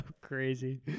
crazy